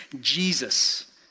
Jesus